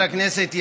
חבר הכנסת ילין,